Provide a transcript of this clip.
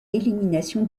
élimination